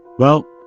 well,